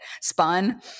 Spun